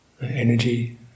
energy